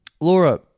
Laura